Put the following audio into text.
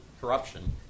corruption